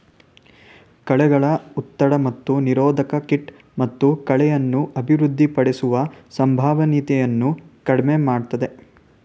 ಕಳೆಗಳ ಒತ್ತಡ ಮತ್ತು ನಿರೋಧಕ ಕೀಟ ಮತ್ತು ಕಳೆಯನ್ನು ಅಭಿವೃದ್ಧಿಪಡಿಸುವ ಸಂಭವನೀಯತೆಯನ್ನು ಕಡಿಮೆ ಮಾಡ್ತದೆ